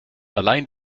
allein